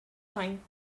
time